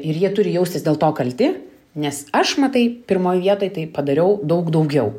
ir jie turi jaustis dėl to kalti nes aš matai pirmoj vietoj tai padariau daug daugiau